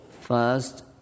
first